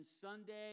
Sunday